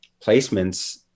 placements